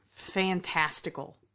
fantastical